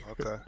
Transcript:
Okay